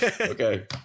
Okay